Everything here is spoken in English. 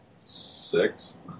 sixth